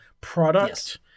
product